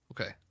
Okay